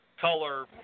color